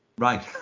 Right